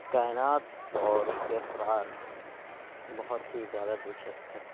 کائنات اور اُس کے اسرار بہت ہی زیادہ دلچسپ ہیں